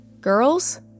Girls